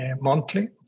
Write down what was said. monthly